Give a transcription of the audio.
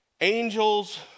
Angels